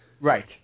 Right